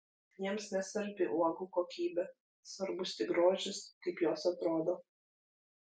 jiems nesvarbi uogų kokybė svarbus tik grožis kaip jos atrodo